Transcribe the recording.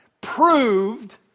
proved